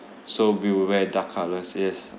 so we will wear dark colours yes